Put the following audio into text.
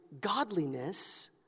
godliness